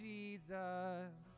Jesus